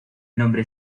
nombre